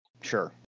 Sure